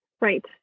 Right